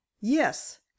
yes